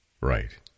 Right